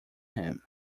him